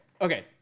Okay